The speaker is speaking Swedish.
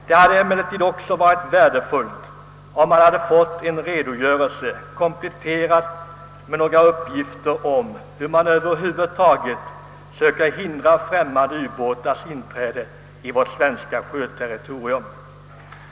Det hade emellertid också varit värdefullt om redogörelsen hade kompletterats med några uppgifter om hur man över huvud taget söker hindra främmande ubåtars inträde på svenskt sjöterritorium.